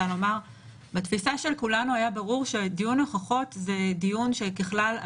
לומר - בתפיסה של כולנו היה ברור שדיון הוכחות זה דיון שככלל,